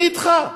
אני אתך.